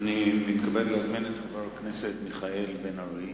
אני מתכבד להזמין את חבר הכנסת מיכאל בן-ארי